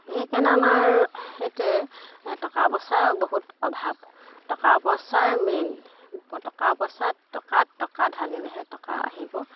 বিশেষ কেনে আমাৰ সেইটোৱে টকা পইচাৰ বহুত অভাৱ টকা পইচাৰেই মেইন টকা পইচাত টকাত টকা ঢালিলেহে টকা আহিব